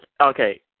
Okay